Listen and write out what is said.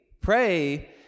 Pray